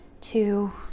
two